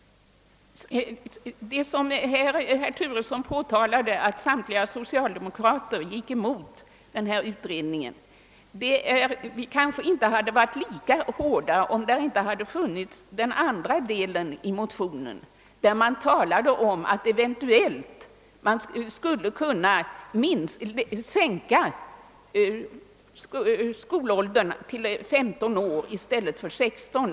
Herr Turesson påtalade att samtliga socialdemokrater gick emot denna utredning. Vi kanske inte hade varit lika hårda motståndare: till den, om inte den andra delen av motionen hade funnits. Där talas om att skolåldern eventuellt skulle kunna sänkas till femton år i stället för sexton.